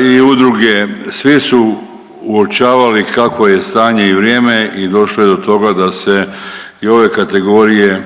i udruge, svi su uočavali kakvo je stanje i vrijeme i došlo je do toga da se i ove kategorije